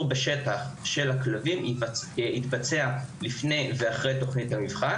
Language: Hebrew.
בשטח של הכלבים יתבצע לפני ואחרי תוכנית המבחן